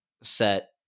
set